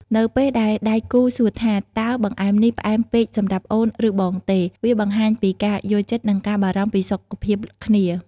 នៅពេលដែលដៃគូសួរថា "តើបង្អែមនេះផ្អែមពេកសម្រាប់អូន ឬបងទេ?" វាបង្ហាញពីការយល់ចិត្ត និងការបារម្ភពីសុខភាពគ្នា។